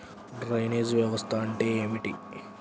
Drainage వ్యవస్థ అంటే ఏమిటి?